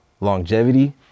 longevity